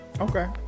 Okay